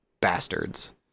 Bastards